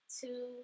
two